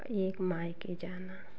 एक मायके जाना